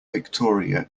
victoria